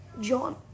John